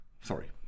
Sorry